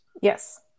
Yes